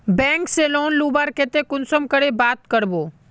Bank से loan लुबार केते कुंसम करे बात करबो?